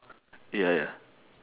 ya ya